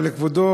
אבל כבודו,